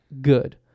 good